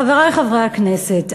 חברי חברי הכנסת,